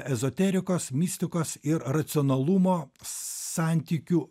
ezoterikas mistikos ir racionalumo santykių